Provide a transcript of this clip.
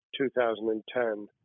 2010